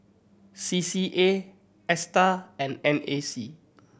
C C A Astar and N A C